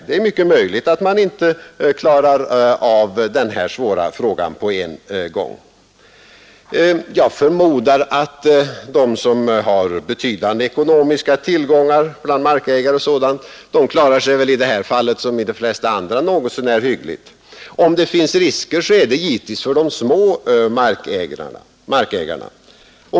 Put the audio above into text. Det är mycket möjligt att man inte klarar av den här svåra frågan på en gång, sade herr Lidbom. Jag förmodar att de markägare som har betydande ekonomiska tillgångar i det här fallet liksom i de flesta andra klarar sig något så när hyggligt. Om det finns risker så är det givetvis för de mindre markägarna.